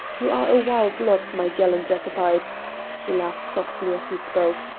you are a wild lot, my gallant jacobites he laughed softly as he spoke.